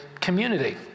community